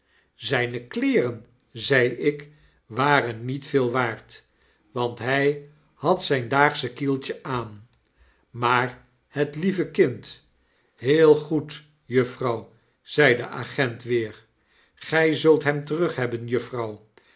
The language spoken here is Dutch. zijne kleeren zei ik waren niet veel waard want hij had zijn daagsche kieltje aan maar het lieve kind heel goed juffrouw zei de agent weer gij zult nem terughebben juffrouw